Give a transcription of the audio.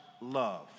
love